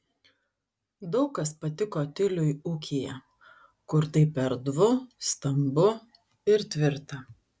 daug kas patiko tiliui ūkyje kur taip erdvu stambu ir tvirta